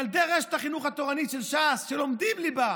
ילדי רשת החינוך התורני של ש"ס לומדים ליבה